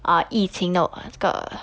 uh 疫情的这个